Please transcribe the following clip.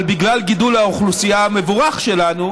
אבל בגלל גידול האוכלוסייה המבורך שלנו,